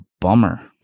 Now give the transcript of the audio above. bummer